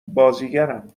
بازیگرم